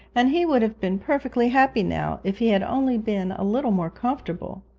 and he would have been perfectly happy now, if he had only been a little more comfortable.